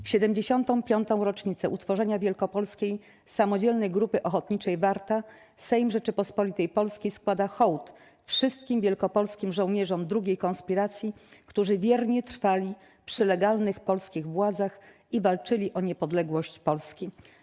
W 75. rocznicę utworzenia Wielkopolskiej Samodzielnej Grupy Ochotniczej 'Warta' Sejm Rzeczypospolitej Polskiej składa hołd wszystkim wielkopolskim żołnierzom drugiej konspiracji, którzy wiernie trwali przy legalnych polskich władzach i walczyli o niepodległość Polski”